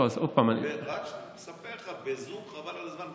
אני אספר לך, בזום, חבל על הזמן.